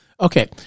Okay